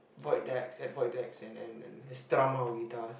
void decks at void decks and and and strum our guitars